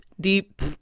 deep